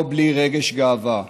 לא בלי רגש גאווה.